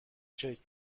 کیک